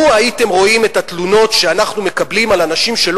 לו הייתם רואים את התלונות שאנחנו מקבלים מאנשים שלא